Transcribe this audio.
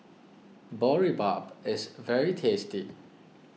Boribap is very tasty